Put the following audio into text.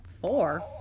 Four